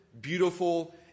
beautiful